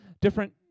different